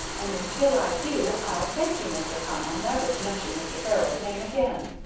and until i do i'll thank you, mr. connell, never to mention mr. peril's name again.